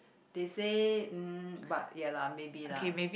they say um but ya lah maybe lah